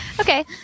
Okay